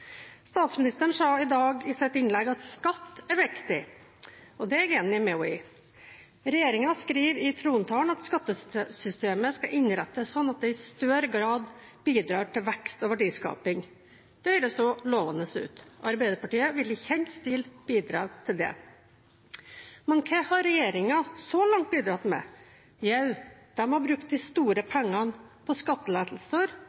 Statsministeren sa i dag i sitt innlegg at skatt er viktig. Det er jeg enig med henne i. Regjeringen skriver i trontalen at skattesystemet skal innrettes sånn at det i større grad bidrar til vekst og verdiskaping. Det høres jo lovende ut. Arbeiderpartiet vil i kjent stil bidra til det. Men hva har regjeringen så langt bidratt med? Jo, de har brukt de store pengene på skattelettelser